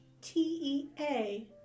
T-E-A